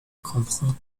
comprend